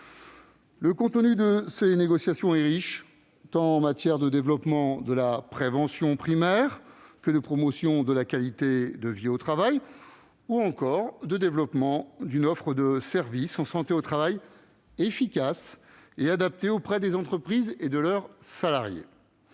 Le contenu de ces négociations est riche : développement de la prévention primaire, promotion de la qualité de vie au travail ou encore développement d'une offre de services en santé au travail efficace et adaptée auprès des entreprises et de leurs salariés.